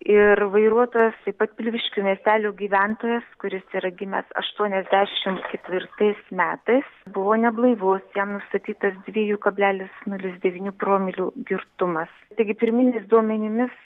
ir vairuotojas taip pat pilviškių miestelio gyventojas kuris yra gimęs aštuoniasdešimt ketvirtais metais buvo neblaivus jam nustatytas dviejų kablelis nulis devynių promilių girtumas taigi pirminiais duomenimis